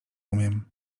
umiem